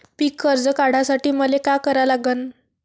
पिक कर्ज काढासाठी मले का करा लागन?